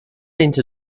into